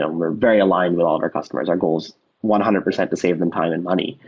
and we're very aligned with all of our customers. our goal is one hundred percent to save them time and money.